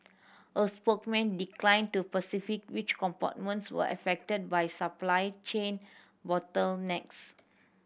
a spokesman declined to specify which components were affected by supply chain bottlenecks